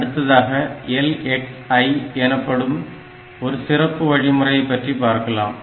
அடுத்ததாக LXI எனப்படும் ஒரு சிறப்பு வழிமுறையை பற்றி பார்க்கலாம்